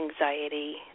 anxiety